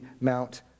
Mount